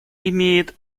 имеет